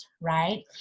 right